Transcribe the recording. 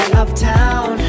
uptown